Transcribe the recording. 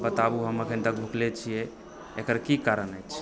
बताबुँ हम अखन तक भुखले छियै एकर कि कारण अछि